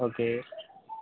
okay